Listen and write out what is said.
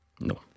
No